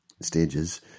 stages